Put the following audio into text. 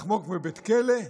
לחמוק מבית כלא?